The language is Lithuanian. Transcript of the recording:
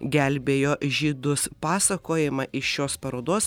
gelbėjo žydus pasakojimą iš šios parodos